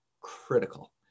critical